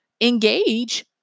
engage